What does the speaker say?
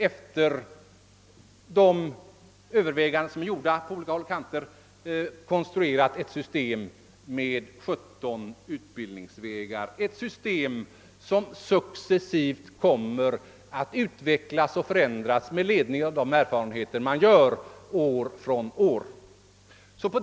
Efter de överväganden som skett på olika håll har man konstruerat ett system med 17 olika utbildningsvägar, vilket successivt kommer att utvecklas och förändras med ledning av de erfarenheter man gör år från år.